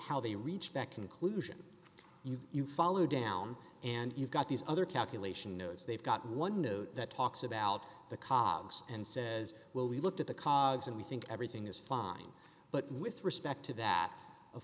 how they reach that conclusion you you follow down and you've got the other calculation news they've got one new that talks about the colleagues and says well we looked at the coggs and we think everything is fine but with respect to that of